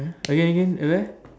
again again at where